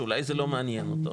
שאולי זה לא מעניין אותו,